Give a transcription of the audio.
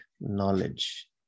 knowledge